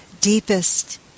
deepest